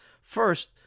First